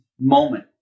moment